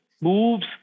moves